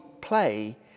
play